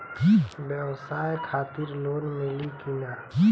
ब्यवसाय खातिर लोन मिली कि ना?